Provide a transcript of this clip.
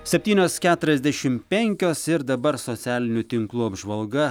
septynios keturiasdešim penkios ir dabar socialinių tinklų apžvalga